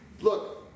Look